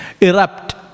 erupt